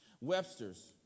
Webster's